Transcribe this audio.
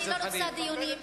אני לא רוצה דיונים.